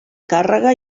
càrrega